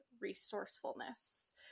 resourcefulness